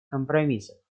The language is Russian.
компромиссов